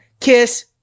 Kiss